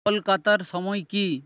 কলকাতার সময় কী